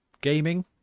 gaming